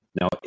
Now